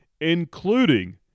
including